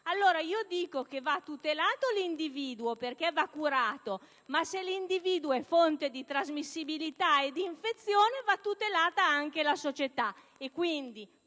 Secondo me, va tutelato l'individuo, perché va curato, ma se l'individuo è fonte di trasmissibilità e di infezione va tutelata anche la società e quindi